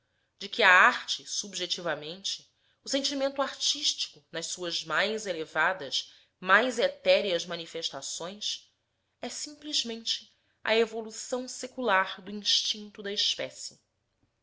de que a arte subjetivamente o sentimento artístico nas suas mais elevadas mais etéreas manifestações é simplesmente a evolução secular do instinto da espécie